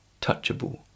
touchable